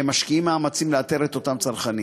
והם משקיעים מאמצים לאתר את אותם צרכנים.